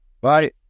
Bye